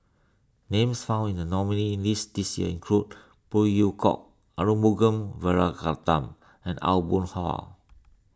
names found in the nominees' list this year include Phey Yew Kok Arumugam Vijiaratnam and Aw Boon Haw